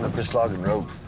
this logging road